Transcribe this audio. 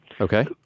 Okay